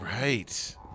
Right